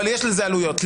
אבל יש לזה עלויות,